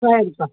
சரிப்பா